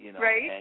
Right